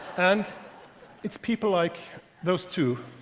and it's people like those two